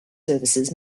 services